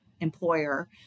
employer